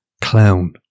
clown